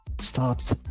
start